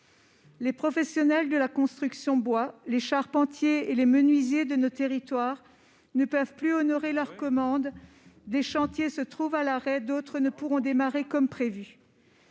Les professionnels de la construction bois, les charpentiers et les menuisiers de nos territoires ne peuvent plus honorer leurs commandes. Des chantiers se trouvent à l'arrêt, d'autres ne pourront démarrer comme prévu.